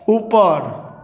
उपर